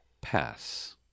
Pass